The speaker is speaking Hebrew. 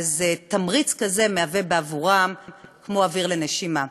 תמריץ כזה הוא בעבורם כמו אוויר לנשימה.